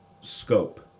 Scope